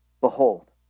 Behold